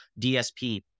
DSP